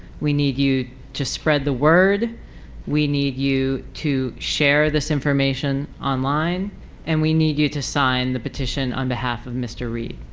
we need you to spread the word we need you to share this information online and we need you to sign the petition on behalf of mr. reed.